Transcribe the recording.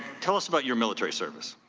tell us about your military service.